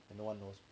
that one lor